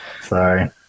sorry